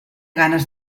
ganes